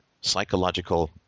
psychological